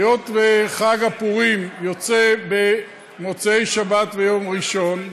היות שחג הפורים יוצא במוצאי שבת ויום ראשון,